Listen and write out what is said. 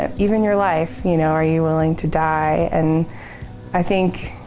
um even your life. you know are you willing to die? and i think